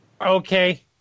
Okay